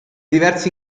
diversi